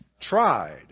Tried